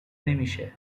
نمیشه